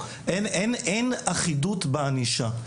אין אחידות בענישה.